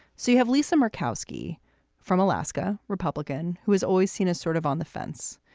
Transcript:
so you have lisa murkowski from alaska, republican, who is always seen as sort of on the fence.